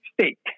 state